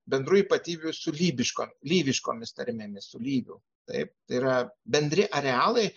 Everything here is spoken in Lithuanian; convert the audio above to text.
bendrų ypatybių su lyviško lyviškomis tarmėmis su lyvių taip tai yra bendri arealai